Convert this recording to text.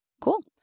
Cool